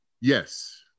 Yes